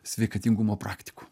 sveikatingumo praktikų